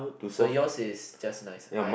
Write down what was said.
so yours is just nice I